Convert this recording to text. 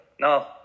no